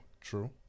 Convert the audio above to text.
True